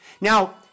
Now